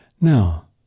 Now